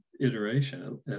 iteration